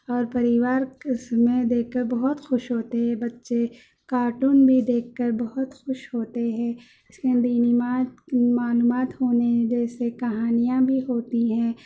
اور پریوار کے سے دیکھ کر بہت خوش ہوتے ہیں بچے کارٹون بھی دیکھ کر بہت خوش ہوتے ہیں اس میں دینی معلومات ہونے جیسے کہانیاں بھی ہوتی ہیں